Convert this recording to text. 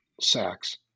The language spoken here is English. Sachs